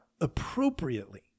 appropriately